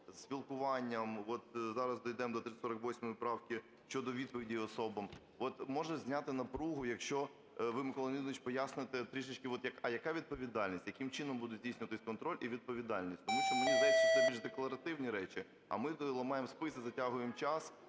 спілкуванням, от зараз дійдемо до 348 правки щодо відповіді особам, от може зняти напругу, якщо ви, Микола Леонідович, поясните трішечки, а яка відповідальність, яким чином буде здійснюватися контроль і відповідальність. Тому що, мені здається, що це більш декларативні речі, а ми ламаємо списи, затягуємо час